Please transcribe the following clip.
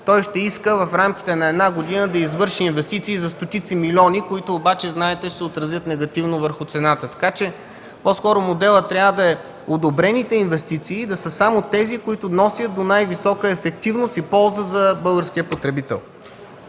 той ще иска в рамките на една година да извърши инвестиции за стотици милиони, които обаче знаете, ще се отразят негативно върху цената. По-скоро моделът трябва да е одобрените инвестиции да са само тези, които водят до най-висока ефективност и полза за българския потребител.